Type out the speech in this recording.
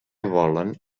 volen